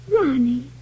Ronnie